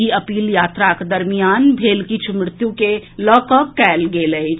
ई appeal यात्राक दरमियान भेल किछु मृत्यु के लऽ कऽ कएल गेल अछि